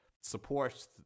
support